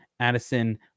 Addison